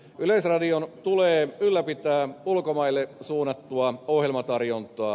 yleisradion tulee ylläpitää ulkomaille suunnattua ohjelmatarjontaa